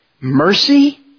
Mercy